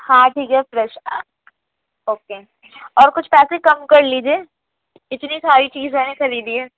ہاں ٹھیک ہے فریش اوکے اور کچھ پیسے کم کر لیجیے اتنی ساری چیز میں نے خریدی ہے